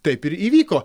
taip ir įvyko